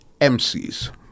MCs